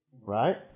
right